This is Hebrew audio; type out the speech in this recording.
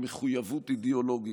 עם מחויבות אידיאולוגית,